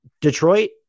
Detroit